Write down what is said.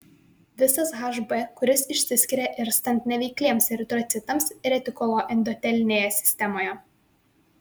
visas hb kuris išsiskiria irstant neveikliems eritrocitams retikuloendotelinėje sistemoje